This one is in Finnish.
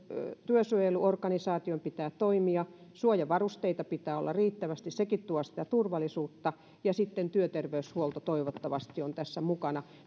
työsuojeluorganisaation pitää toimia suojavarusteita pitää olla riittävästi sekin tuo sitä turvallisuutta ja työterveyshuolto toivottavasti on tässä mukana